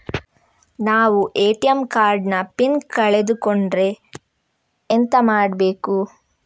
ನಾವು ATM card ನ pin code ಕಳೆದು ಕೊಂಡ್ರೆ ಎಂತ ಮಾಡ್ಬೇಕು?